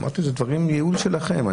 אמרתי, אלה דברים, ייעול שלכם.